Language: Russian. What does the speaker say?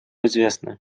известны